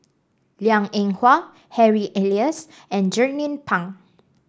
Liang Eng Hwa Harry Elias and Jernnine Pang